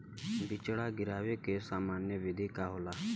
बिचड़ा गिरावे के सामान्य विधि का होला?